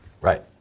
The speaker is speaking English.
Right